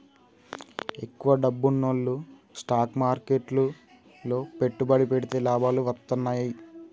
ఎక్కువ డబ్బున్నోల్లు స్టాక్ మార్కెట్లు లో పెట్టుబడి పెడితే లాభాలు వత్తన్నయ్యి